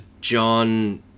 John